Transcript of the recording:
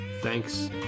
Thanks